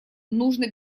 нужно